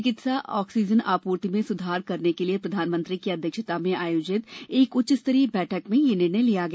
चिकित्सा ऑक्सीजन आपूर्ति में सुधार करने के लिए प्रधानमंत्री की अध्यक्षता में आयोजित एक उच्च स्तरीय बैठक में कल यह निर्णय लिया गया